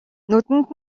нүдэнд